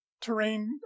terrain